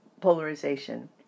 polarization